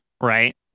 Right